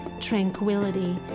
tranquility